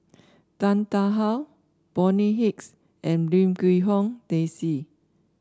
Tan Tarn How Bonny Hicks and Lim Quee Hong Daisy